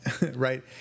right